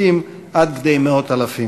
לעתים עד כדי מאות אלפים.